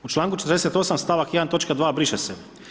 U članku 48. stavak 1. točka 2. briše se.